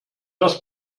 das